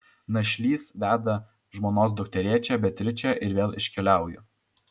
našlys veda žmonos dukterėčią beatričę ir vėl iškeliauja